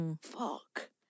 Fuck